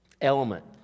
element